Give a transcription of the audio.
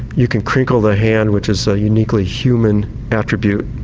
you can crinkle the hand, which is a uniquely human attribute,